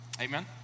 Amen